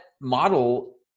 model